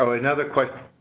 so another question,